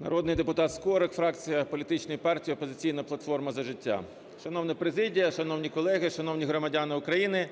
Народний депутат Скорик, фракція політичної партії "Опозиційна платформа – За життя". Шановна президія, шановні колеги, шановні громадяни України,